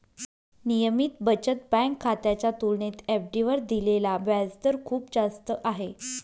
नियमित बचत बँक खात्याच्या तुलनेत एफ.डी वर दिलेला व्याजदर खूप जास्त आहे